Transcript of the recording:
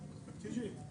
דיונים,